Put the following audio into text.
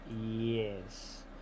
yes